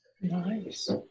Nice